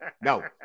No